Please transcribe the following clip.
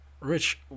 Rich